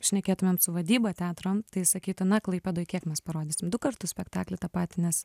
šnekėtumėm su vadyba teatro tai sakytų na klaipėdoj kiek mes parodysim du kartus spektaklį tą patį nes